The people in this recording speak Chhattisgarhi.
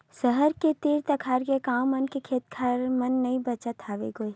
सहर के तीर तखार के गाँव मन के खेत खार मन नइ बाचत हवय गोय